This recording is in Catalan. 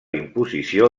imposició